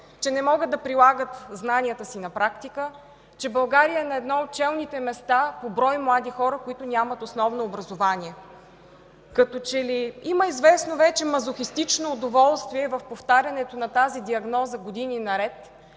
че не могат да прилагат знанията си на практика, че България е на едно от челните места по брой млади хора, които нямат основно образование. Като че ли вече има и известно мазохистично удоволствие в повтарянето на тази диагноза години наред,